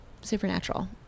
supernatural